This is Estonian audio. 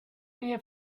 meie